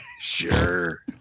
Sure